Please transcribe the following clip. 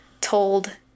told